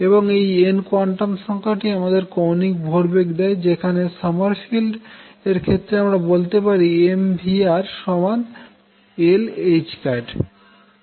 এবং এই n quantum সংখ্যাটি আমাদের কৌণিক ভরবেগ দেয় যেখানে সোমারফিল্ড এর ক্ষেত্রে আমরা বলি mvr l ℏ